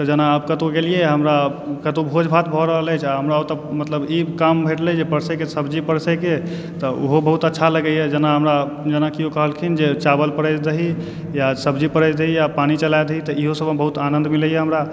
तऽ जेना आब कतहुँ गेलिए हँ तऽहमरा कतहुँ भोज भात भए रहल अछि आओर हमरा ओतऽ मतलब ई काम भेटलए जे परसएके सब्जी परसएके तऽ ओहो बहुत अच्छा लगैए जेना हमरा जेनाकि केओ कहलखिन जे चावल परसि दही या सब्जी परसि दही या पानि चला दही तऽ इहो सबमे सेहो बहुत आनन्द मिलैए हमरा